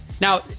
Now